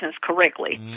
correctly